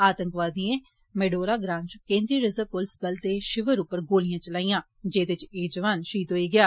आतंकवादिए मेडोरा ग्रां च केन्द्रीय रिर्जव पुलस बल दे शिवर उप्पर गोलियां चलाइयां जेदे च एह जौआन शहीद होई गेआ